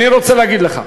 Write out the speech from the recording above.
אני רוצה להגיד לך,